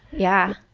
yeah.